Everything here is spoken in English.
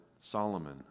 Solomon